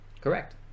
Correct